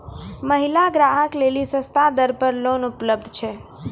महिला ग्राहक लेली सस्ता दर पर लोन उपलब्ध छै?